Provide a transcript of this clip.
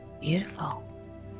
Beautiful